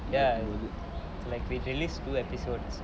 ya and like we released two episodes